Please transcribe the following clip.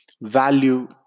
value